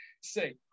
Say